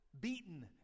beaten